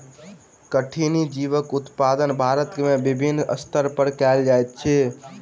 कठिनी जीवक उत्पादन भारत में विभिन्न स्तर पर कयल जाइत अछि